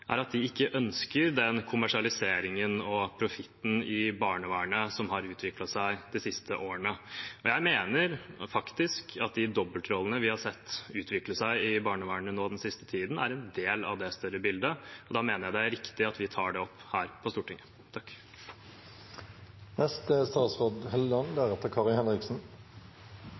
er at de ikke ønsker den kommersialiseringen og profitten som har utviklet seg i barnevernet de siste årene. Jeg mener faktisk at de dobbeltrollene vi har sett utvikle seg i barnevernet nå den siste tiden, er en del av det større bildet, og da mener jeg det er riktig at vi tar det opp her på Stortinget. Det er